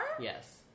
Yes